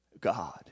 God